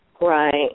Right